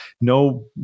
no